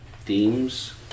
themes